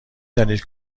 دانید